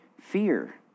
fear